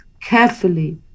carefully